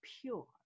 pure